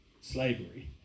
slavery